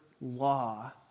law